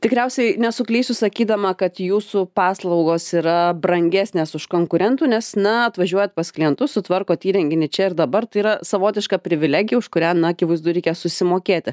tikriausiai nesuklysiu sakydama kad jūsų paslaugos yra brangesnės už konkurentų nes na atvažiuojat pas klientus sutvarkot įrenginį čia ir dabar tai yra savotiška privilegija už kurią akivaizdu reikia susimokėti